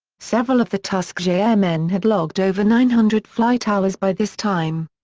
several of the tuskegee airmen had logged over nine hundred flight hours by this time.